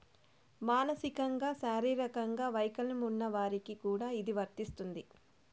మానసికంగా శారీరకంగా వైకల్యం ఉన్న వారికి కూడా ఇది వర్తిస్తుంది